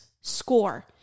score